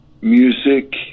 music